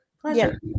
Pleasure